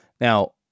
Now